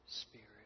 Spirit